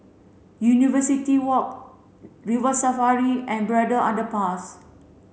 University Walk River Safari and Braddell Underpass